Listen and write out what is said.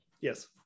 Yes